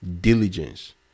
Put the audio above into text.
diligence